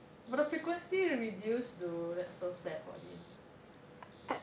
but the frequency reduced though that's so sad for him